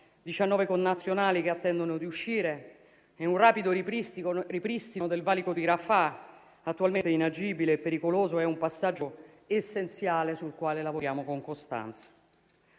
connazionali che attendono di uscire in un rapido ripristino del valico di Rafah, attualmente inagibile e pericoloso. È un passaggio essenziale sul quale lavoriamo con costanza.